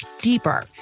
deeper